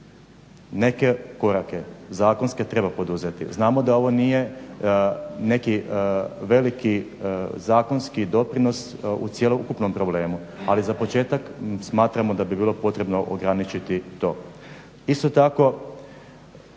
Neke korake zakonske treba poduzeti. Znamo da ovo nije neki veliki zakonski doprinos u cjelokupnom problemu, ali za početak smatramo da bi bilo potrebno ograničiti to. Isto tako,